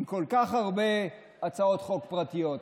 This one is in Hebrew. אם כל כך הרבה הצעות חוק פרטיות,